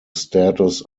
status